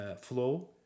flow